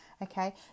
Okay